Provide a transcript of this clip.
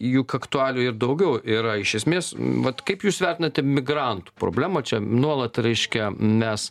juk aktualijų ir daugiau yra iš esmės vat kaip jūs vertinate migrantų problemą čia nuolat reiškia mes